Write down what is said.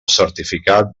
certificat